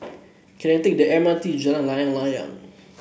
can I take the M R T Jalan Layang Layang